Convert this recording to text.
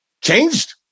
changed